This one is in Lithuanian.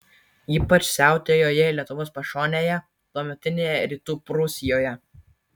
ypač siautėjo jie lietuvos pašonėje tuometinėje rytų prūsijoje